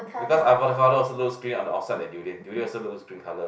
because avocado also looks green on the outside like durian durian also looks green colour